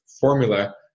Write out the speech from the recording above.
formula